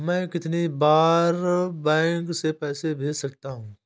मैं कितनी बार बैंक से पैसे भेज सकता हूँ?